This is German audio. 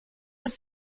ist